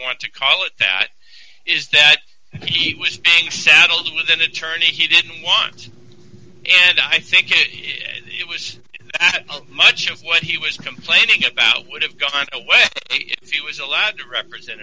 want to call it that is that he was saddled with an attorney he didn't want and i think it was much of what he was complaining about would have gone away if he was allowed to represent